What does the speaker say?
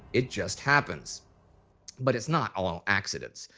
it just happens but it's not all accidents,